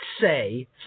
say